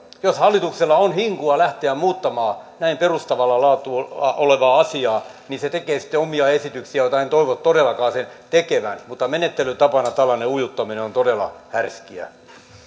jos hallituksella on hinkua lähteä muuttamaan näin perustavaa laatua olevaa asiaa niin se tekee sitten omia esityksiään joita en toivo todellakaan sen tekevän mutta menettelytapana tällainen ujuttaminen on todella härskiä